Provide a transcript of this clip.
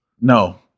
No